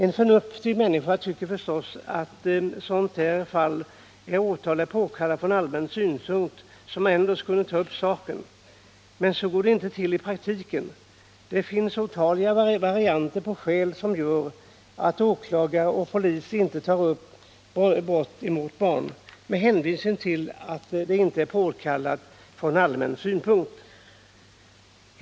En förnuftig människa tycker förstås att detta naturligtvis är ett sådant fall där åtal är påkallat från allmän synpunkt, så att man ändå skall ta upp saken. Men så går det inte till i praktiken. Det finns otaliga varianter av skäl som gör att åklagare och polis inte vill ta upp brott mot barn, med hänvisning till att det inte är påkallat från allmän synpunkt.